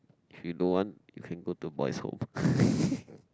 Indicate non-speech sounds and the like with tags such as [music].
if you don't want you can go to boys home [breath]